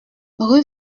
rue